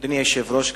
אדוני היושב-ראש,